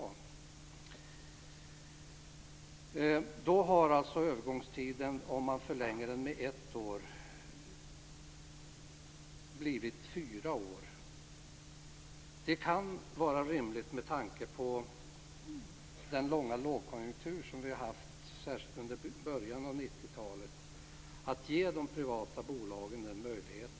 Om man förlänger den med ett år så har alltså övergångstiden blivit fyra år. Det kan vara rimligt med tanke på den långa lågkonjunktur som vi har haft, särskilt under början av 90-talet, att ge de privata bolagen denna möjlighet.